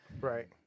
Right